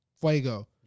Fuego